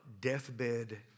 deathbed